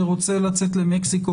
שרוצה לצאת למקסיקו,